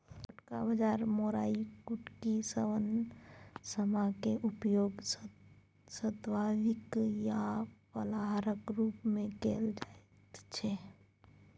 छोटका बाजरा मोराइयो कुटकी शवन समा क उपयोग सात्विक आ फलाहारक रूप मे कैल जाइत छै